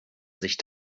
sich